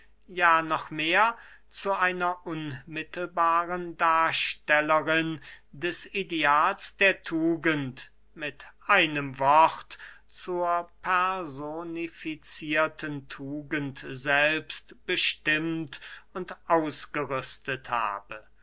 ja noch mehr zu einer unmittelbaren darstellerin des ideals der tugend mit einem wort zur personificierten tugend selbst bestimmt und ausgerüstet habe